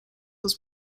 was